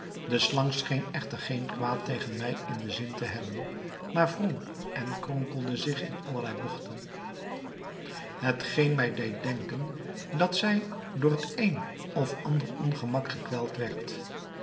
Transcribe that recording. de slang scheen echter geen kwaad tegen mij in den zin te hebben maar wrong en kronkelde zich in allerlei bogten hetgeen mij deed denken dat zij door het een of ander